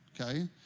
Okay